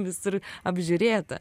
visur apžiūrėta